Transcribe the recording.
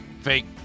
Fake